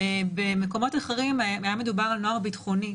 במקומות אחרים היה מדובר על נוער ביטחוני,